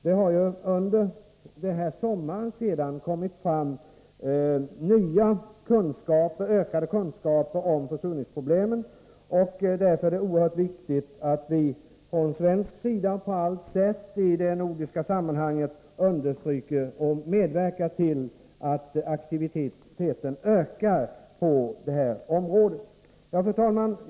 Det har under sommaren sedan kommit fram nya kunskaper om försurningsproblemen, och därför är det oerhört viktigt att vi från svensk sida på allt sätt i det nordiska samarbetet understryker allvaret i dessa problem och medverkar till att aktiviteten ökar på detta område. Fru talman!